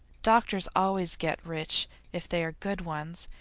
doctors always get rich if they are good ones,